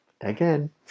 again